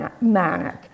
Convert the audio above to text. manic